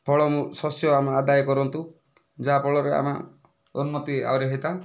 ଫଳ ଶସ୍ୟ ଆମେ ଆଦାୟ କରନ୍ତୁ ଯାହା ଫଳରେ ଆମେ ଉନ୍ନତି ଆହୁରି ହେଇତା